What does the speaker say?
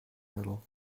little